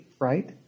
right